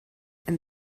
and